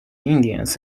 indians